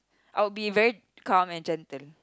I would be very calm and gentle